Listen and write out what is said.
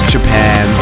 Japan